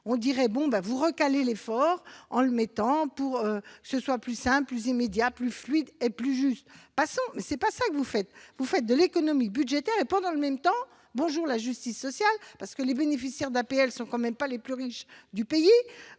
dirions que vous recalez l'effort en le positionnant de sorte que les choses soient plus simples, plus immédiates, plus fluides et plus justes ; soit, mais ce n'est pas ce que vous faites. Vous faites de l'économie budgétaire et, pendant le même temps- bonjour la justice sociale, parce que les bénéficiaires de l'APL ne sont tout de même pas les plus riches du pays